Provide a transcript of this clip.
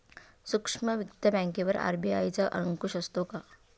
सूक्ष्म वित्त बँकेवर आर.बी.आय चा अंकुश असतो का?